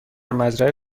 مزرعه